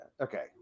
okay